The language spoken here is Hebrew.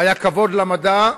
והיה כבוד למדע,